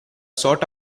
sought